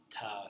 tough